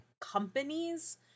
companies